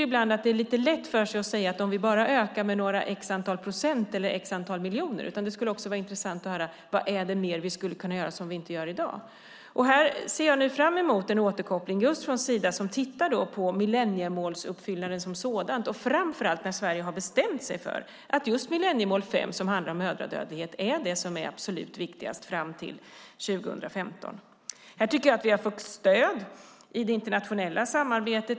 Ibland är det lite lätt att säga att man ska öka med x procent eller x miljoner. Det skulle också vara intressant att få höra vad som kan göras mer i dag som inte görs i dag. Här ser jag fram emot en återkoppling från Sida. De tittar på uppfyllandet av millenniemålen. Framför allt Sverige har bestämt sig för att millenniemål 5, som handlar om mödradödlighet, är absolut viktigast fram till 2015. Jag tycker att vi har fått stöd i det internationella samarbetet.